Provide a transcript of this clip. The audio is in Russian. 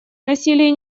насилие